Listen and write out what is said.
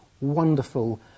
Wonderful